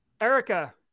Erica